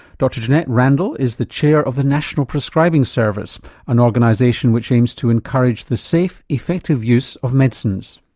dr janette randall is the chair of the national prescribing service an organisation which aims to encourage the safe, effective use of medicines.